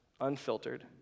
unfiltered